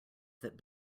that